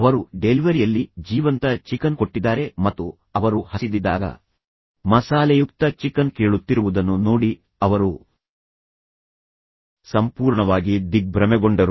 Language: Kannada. ಅವರು ಡೆಲಿವರಿಯಲ್ಲಿ ಜೀವಂತ ಚಿಕನ್ ಕೊಟ್ಟಿದ್ದಾರೆ ಮತ್ತು ಅವರು ಹಸಿದಿದ್ದಾಗ ಮಸಾಲೆಯುಕ್ತ ಚಿಕನ್ ಕೇಳುತ್ತಿರುವುದನ್ನು ನೋಡಿ ಅವರು ಸಂಪೂರ್ಣವಾಗಿ ದಿಗ್ಭ್ರಮೆಗೊಂಡರು